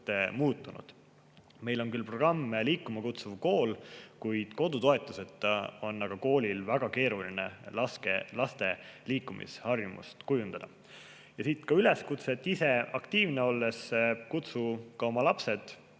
muutunud. Meil on küll programm "Liikuma kutsuv kool", kuid kodu toetuseta on koolil väga keeruline laste liikumisharjumust kujundada. Ja siit üleskutse, et ise aktiivne olles kutsu ka oma lapsed